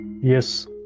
Yes